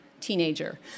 teenager